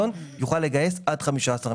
נצטרך לעשות עבודה,